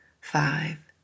five